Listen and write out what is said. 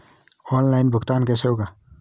Online भुगतान कैसे होगा?